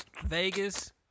Vegas